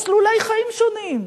מסלולי חיים שונים.